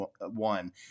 One